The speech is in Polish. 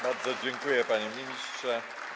Bardzo dziękuję, panie ministrze.